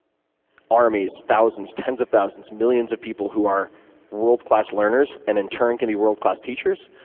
armies, thousands, tens of thousands, millions of people who are world-class learners and in turn can be world-class teachers,